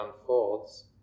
unfolds